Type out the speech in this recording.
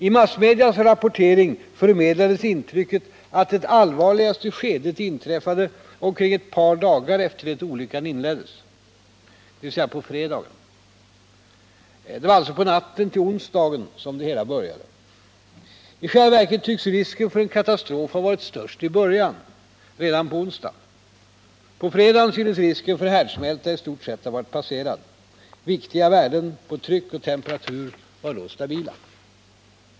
I massmedias rapportering förmedlades intrycket att det allvarligaste skedet inträffade omkring ett par dagar efter det olyckan inleddes, dvs. på fredagen. Det var alltså på natten till onsdagen som det hela började. I själva verket tycks risken för en katastrof ha varit störst i början, redan på onsdagen. På fredagen syntes risken för härdsmälta i stort sett ha varit passerad. Viktiga värden på tryck och temperatur var då stabila.